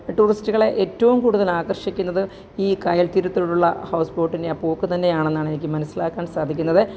ടൂറിസ്റ്റുകളെ ഏറ്റവും കൂടുതല് ആകര്ഷിക്കുന്നത് ഈ കായല് തീരത്തോടുള്ള ഹൗസ് ബോട്ടിന്റെ ആ പോക്ക് തന്നെയാണെന്നാണ് എനിക്ക് മനസ്സിലാക്കാന് സാധിക്കുന്നത്